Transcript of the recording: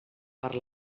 per